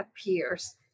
appears